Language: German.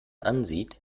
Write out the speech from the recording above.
ansieht